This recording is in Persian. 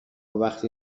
وقتی